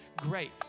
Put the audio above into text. Great